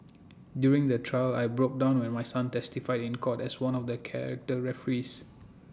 during the trial I broke down when my son testified in court as one of the character referees